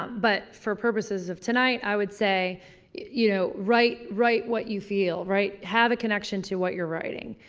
but for purposes of tonight i would say you know, write, write what you feel. write, have a connection to what you're writing.